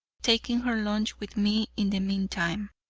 taking her lunch with me in the meantime.